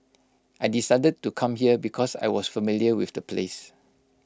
I decided to come here because I was familiar with the place